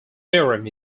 theorem